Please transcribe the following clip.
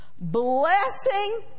Blessing